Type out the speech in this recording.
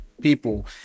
people